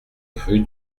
rue